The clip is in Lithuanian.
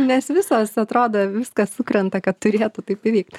nes visas atrodo viskas sukrenta kad turėtų taip įvykt